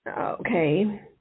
Okay